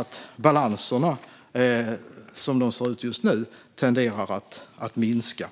att balanserna, som de ser ut just nu, tenderar att minska.